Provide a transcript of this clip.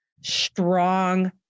strong